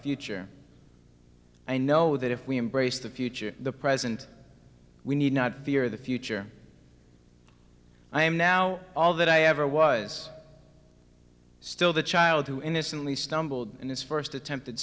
future i know that if we embrace the future the present we need not fear the future i am now all that i ever was still the child who innocently stumbled in his first attempted